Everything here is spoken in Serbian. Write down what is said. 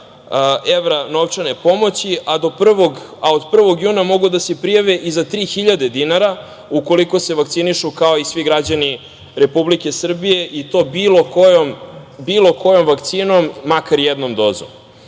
evra, novčane pomoći, a od 1. juna mogu da se prijave i za 3000 dinara, ukoliko se vakcinišu kao i svi građani Republike Srbije, i to bilo kojom vakcinom, makar jednom dozom. Našim